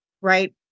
right